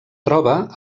troba